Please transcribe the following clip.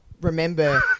remember